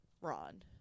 Ron